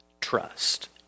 trust